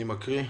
מי מקריא?